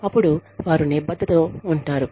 అపుడు వారు నిబద్ధతతో ఉంటారు